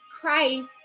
Christ